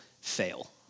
fail